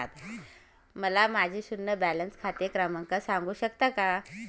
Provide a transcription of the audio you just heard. मला माझे शून्य बॅलन्स खाते क्रमांक सांगू शकता का?